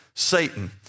Satan